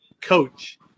coach